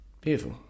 beautiful